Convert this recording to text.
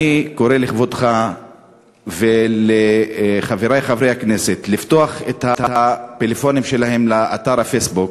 אני קורא לכבודך ולחברי חברי הכנסת לפתוח את הפלאפונים באתר פייסבוק,